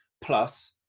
plus